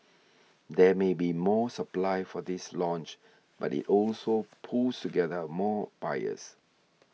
there may be more supply for this launch but it also pools together more buyers